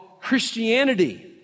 Christianity